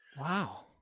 Wow